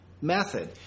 method